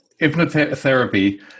hypnotherapy